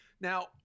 Now